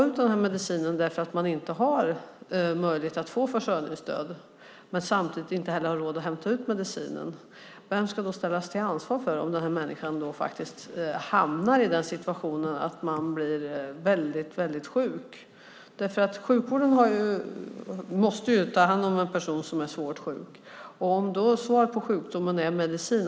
Om man inte har möjlighet att få försörjningsstöd och inte heller har råd att hämta ut medicinen, vem ska då ställas till ansvar om man hamnar i situationen att man blir väldigt sjuk? Sjukvården måste ju ta hand om en person som är svårt sjuk, och svaret på sjukdomen kan vara medicin.